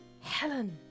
Helen